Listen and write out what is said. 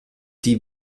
die